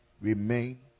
remain